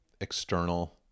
external